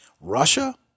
Russia